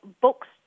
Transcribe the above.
books